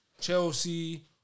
Chelsea